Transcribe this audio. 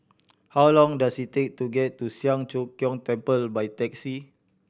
how long does it take to get to Siang Cho Keong Temple by taxi